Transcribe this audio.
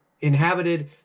inhabited